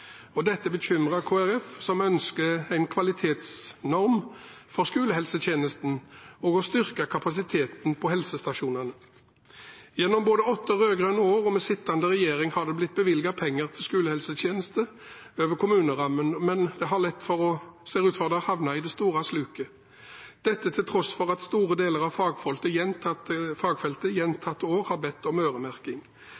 og dette bekymrer Kristelig Folkeparti, som ønsker en kvalitetsnorm for skolehelsetjenesten og å styrke kapasiteten på helsestasjonene. Både gjennom åtte rød-grønne år og under sittende regjering har det blitt bevilget penger til skolehelsetjeneste over kommunerammen, men det ser ut til at det har havnet i det store sluket – dette til tross for at store deler av fagfeltet gjentatte